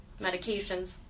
Medications